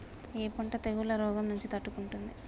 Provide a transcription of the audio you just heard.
ఏ పంట తెగుళ్ల రోగం నుంచి తట్టుకుంటుంది?